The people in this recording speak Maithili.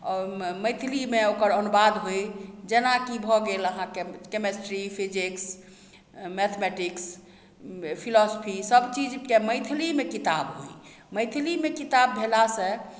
ओइमे मैथिलीमे ओकर अनुवाद होइ जेना कि भऽ गेल अहाँके कैमेस्ट्री फिजिक्स मैथमैटिक्स फिलोसफी सब चीजके मैथिलीमे किताब होइ मैथिलीमे किताब भेलासँ